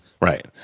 right